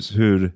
hur